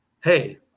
hey